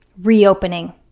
Reopening